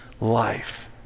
life